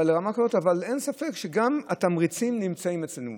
אבל אין ספק שגם התמריצים נמצאים אצלנו.